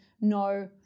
no